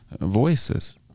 voices